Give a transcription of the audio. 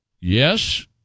Yes